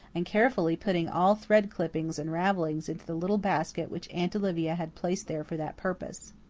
and carefully putting all thread-clippings and ravellings into the little basket which aunt olivia had placed there for that purpose.